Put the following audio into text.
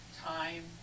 Time